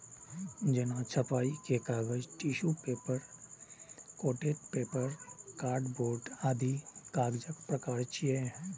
जेना छपाइ के कागज, tissue paper, coated paper, cardboard आदि कागजक प्रकार छियै